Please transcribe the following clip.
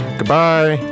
goodbye